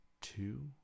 two